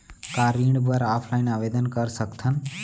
का ऋण बर ऑफलाइन आवेदन कर सकथन?